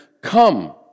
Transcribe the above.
Come